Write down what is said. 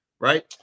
Right